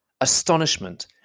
Astonishment